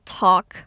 talk